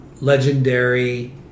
legendary